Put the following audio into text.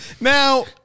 Now